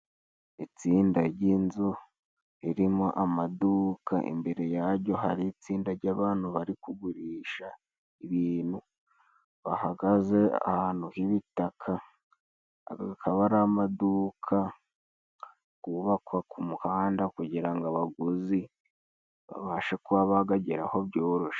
Itsinda ry'inzu ririmo amaduka imbere yaryo hari itsinda ry'abantu bari kugurisha ibintu, bahagaze ahantu h'ibitaka aga akaba ari amaduka gubakwa ku muhanda kugirango abaguzi babashe kuba bagageraho byoroshe.